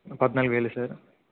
పద్నాలుగు వేలా సార్